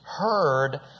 heard